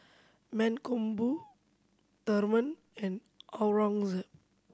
Mankombu Tharman and Aurangzeb